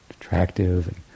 attractive